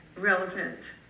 Relevant